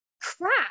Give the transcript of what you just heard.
crap